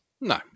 No